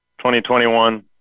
2021